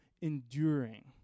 enduring